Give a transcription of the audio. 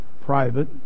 private